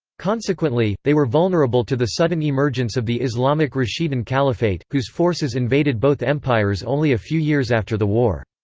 consequently, they were vulnerable to the sudden emergence of the islamic rashidun caliphate, whose forces invaded both empires only a few years after the war.